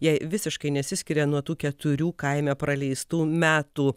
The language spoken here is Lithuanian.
jai visiškai nesiskiria nuo tų keturių kaime praleistų metų